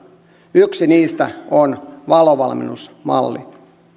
yksi niistä on valo valmennusmalli